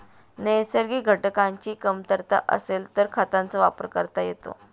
नैसर्गिक घटकांची कमतरता असेल तर खतांचा वापर करता येतो